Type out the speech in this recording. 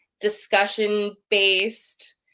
discussion-based